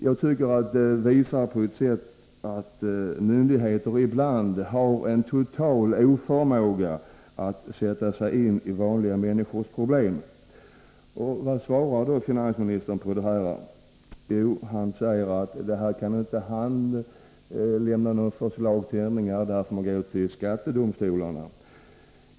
Jag tycker att detta visar att myndigheter ibland totalt saknar förmåga att sätta sig in i vanliga människors problem. Vad svarar då finansministern på det här? Jo, han säger att han i detta avseende inte kan lämna något förslag till förändringar. Man får gå till skattedomstolarna.